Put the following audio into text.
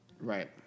Right